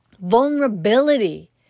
Vulnerability